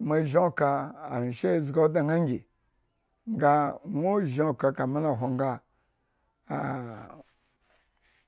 mo zhin oka anwyeshe he zgi odne ñaa ngi, nga nwo zhin oka kami lo hwo ngo, aa